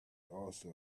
also